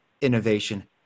innovation